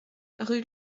rue